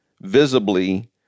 visibly